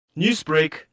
Newsbreak